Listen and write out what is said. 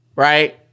Right